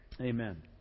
Amen